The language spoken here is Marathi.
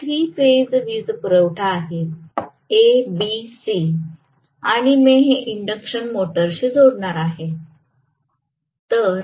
हे थ्री फेज वीजपुरवठा आहे A B C आणि मी हे इंडक्शन मोटरशी जोडणार आहे